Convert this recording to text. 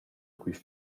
quist